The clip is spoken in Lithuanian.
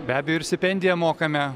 be abejo ir sipendiją mokame